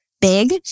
big